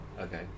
Okay